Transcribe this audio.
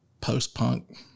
post-punk